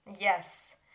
Yes